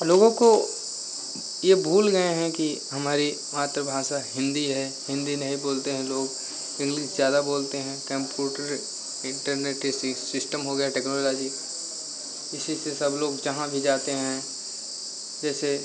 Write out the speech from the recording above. और लोगों को यह भूल गए हैं कि हमारी मातृभाषा हिन्दी है हिन्दी नहीं बोलते हैं लोग इंग्लिश ज़्यादा बोलते हैं कम्पूटर इन्टरनेट यह सी सिस्टम हो गया टेक्नोलोजी इसी से सब लोग जहाँ भी जाते हैं जैसे